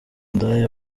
ndaya